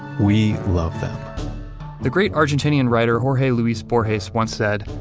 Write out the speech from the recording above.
we love them the great argentinian writer jorge luis borges once said,